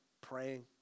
praying